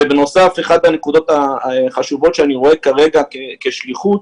אחת הנקודות החשובות שאני רואה כרגע כשליחות